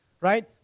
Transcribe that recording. Right